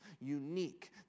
unique